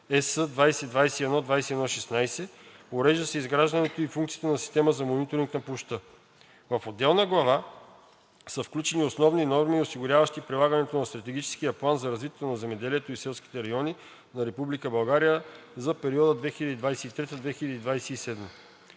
(ЕС) 2021/2116. Урежда се изграждането и функциите на Система за мониторинг на площта. В отделна глава са включени основни норми, осигуряващи прилагането на Стратегическия план за развитието на земеделието и селските райони на Република България за периода 2023 – 2027